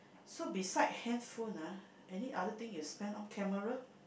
so beside handphone ah any other thing you spend on camera